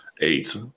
eight